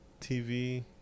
TV